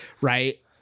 Right